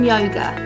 Yoga